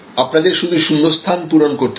আপনাদের শুধু শূন্যস্থান পূরণ করতে হবে